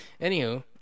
Anywho